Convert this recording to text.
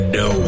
no